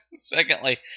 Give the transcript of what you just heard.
Secondly